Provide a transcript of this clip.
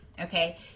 Okay